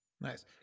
Nice